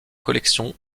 collection